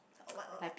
oh what what what